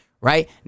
right